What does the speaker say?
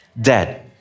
Dead